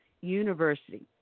University